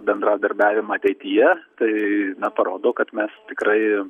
bendradarbiavimą ateityje tai na parodo kad mes tikrai